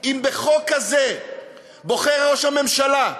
אם בחוק כזה בוחר ראש הממשלה,